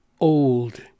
old